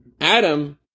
Adam